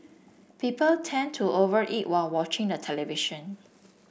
people tend to over eat while watching the television